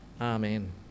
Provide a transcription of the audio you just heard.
Amen